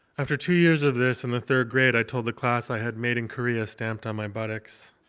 after two years of this, in the third grade, i told the class i had made in korea stamped on my buttocks.